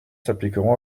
s’appliqueront